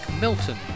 Milton